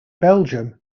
belgium